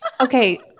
okay